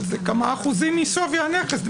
אבל זה כמה אחוזים משווי הנכס.